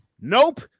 Nope